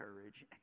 courage